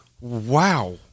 Wow